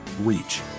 reach